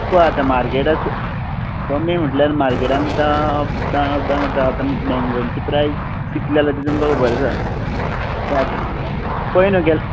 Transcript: पळय आतां मार्केट आसा कमी म्हणल्यार मार्केटान आतां आतां आतां मँगोंची प्रायज कितले जाला ते तुमकां खबर आसा ते आत् पळय न्हय गेल